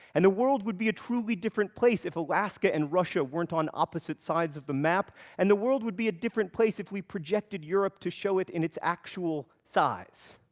and the world would be a truly different place if alaska and russia weren't on opposite sides of the map. and the world would be a different place if we projected europe to show it in its actual size.